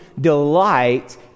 delight